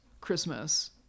Christmas